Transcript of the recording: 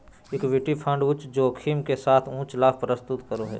equity fund उच्च जोखिम के साथ उच्च लाभ प्रस्तुत करो हइ